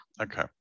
Okay